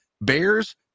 Bears